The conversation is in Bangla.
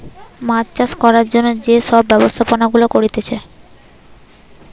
মাছ চাষ করার যে সব ব্যবস্থাপনা গুলা করতিছে